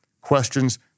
Questions